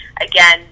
again